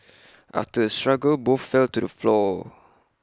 after A struggle both fell to the floor